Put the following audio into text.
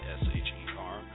s-h-e-r